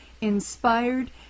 inspired